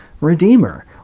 Redeemer